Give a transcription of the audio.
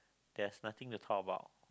there's nothing to talk about